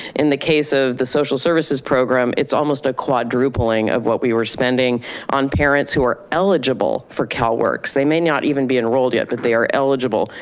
in the case of the social services program, it's almost a quadrupling of what we were spending on parents who are eligible for calworks. they may not even be enrolled yet, but they are eligible.